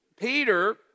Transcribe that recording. Peter